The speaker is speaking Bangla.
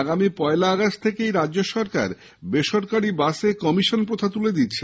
আগামী পয়লা আগষ্ট থেকে রাজ্য সরকার বেসরকারি বাসে কমিশন প্রথা তুলে দিচ্ছে